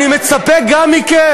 אני מצפה גם מכם,